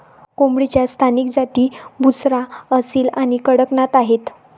कोंबडीच्या स्थानिक जाती बुसरा, असील आणि कडकनाथ आहेत